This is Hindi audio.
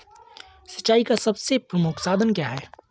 सिंचाई का सबसे प्रमुख साधन क्या है?